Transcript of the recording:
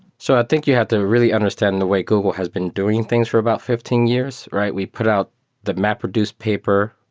so i think you have to really understand the way google has been doing things for about fifteen years, right? we put out the mapreduce paper,